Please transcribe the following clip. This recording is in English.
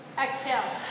Exhale